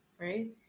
right